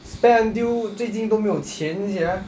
spend until 最近都没有钱 sia